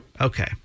Okay